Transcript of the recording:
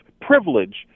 privilege